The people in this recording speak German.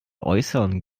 äußerln